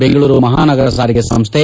ಬೆಂಗಳೂರು ಮಹಾನಗರ ಸಾರಿಗೆ ಸಂಸ್ಥೆ